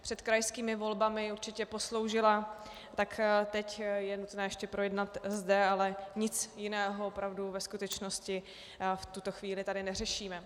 Před krajskými volbami určitě posloužila, tak teď je nutné ještě projednat zde, ale nic jiného opravdu ve skutečnosti v tuto chvíli tady neřešíme.